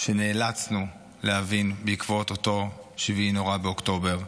שנאלצנו להבין בעקבות אותו 7 באוקטובר נורא,